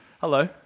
Hello